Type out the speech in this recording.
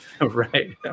right